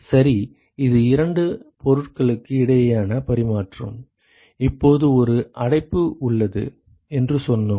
சரி இது இரண்டு பொருட்களுக்கு இடையேயான பரிமாற்றம் இப்போது ஒரு அடைப்பு உள்ளது என்று சொன்னோம்